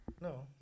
No